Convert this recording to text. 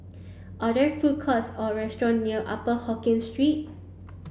are there food courts or restaurant near Upper Hokkien Street